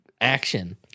action